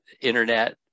internet